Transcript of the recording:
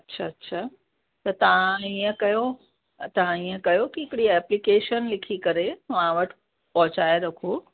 अच्छा अच्छा त तव्हां ईअं कयो त तव्हां ईअं कयो की हिकिड़ी एप्लीकेशन लिखी करे मां वटि पहुंचाए रखो